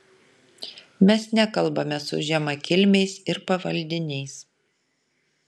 mes nekalbame su žemakilmiais ir pavaldiniais